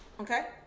Okay